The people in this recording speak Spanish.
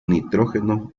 nitrógeno